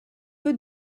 peu